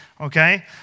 Okay